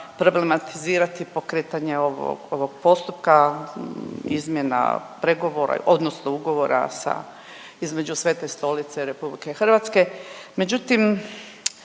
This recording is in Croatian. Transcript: problematizirani pokretanje ovog postupka, izmjena pregovora odnosno ugovora sa između Svete Stolice i RH,